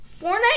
Fortnite